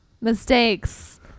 Mistakes